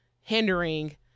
hindering